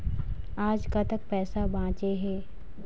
आज कतक पैसा बांचे हे?